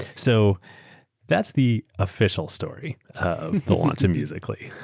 so that's the official story of the launch of musical. ly.